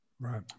Right